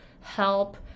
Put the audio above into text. help